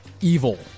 Evil